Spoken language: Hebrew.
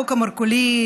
חוק המרכולים,